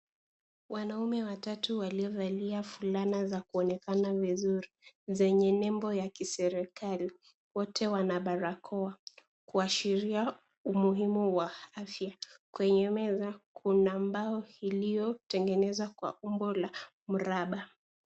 Wanaume watatu waliovalia fulana za kuonekana vizuri, zenye nembo ya kiserikali; wote wana barakoa kuashiria umuhimu wa afya. Kwenye meza, kuna mbao iliyotengenezwa kwa umbo la mraba.